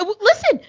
Listen